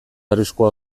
arriskua